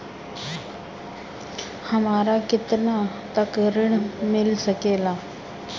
हमरा केतना तक ऋण मिल सके ला?